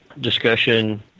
discussion